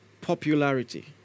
Popularity